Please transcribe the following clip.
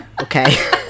okay